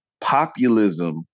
populism